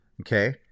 Okay